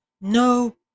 no